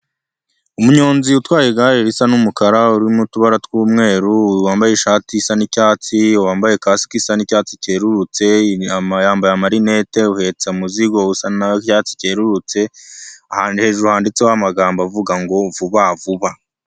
Umunyonzi utwaye igare risa n'umukara urimo utubara tw'umweru, wambaye ishati isa n'icyatsi, wambaye casque isa n'icyatsi cyerurutse, yambaye amarinete, uhetse umuzigo usa n'icyatsi cyerurutse. Ahantu hejuru handitseho amagambo avuga ngo vuba vuba.